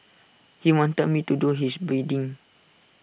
he wanted me to do his bidding